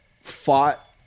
fought